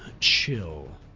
chill